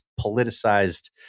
politicized